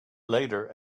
later